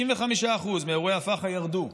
95% מאירועי הפח"ע ירדו.